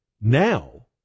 Now